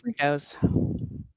Fritos